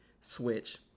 switch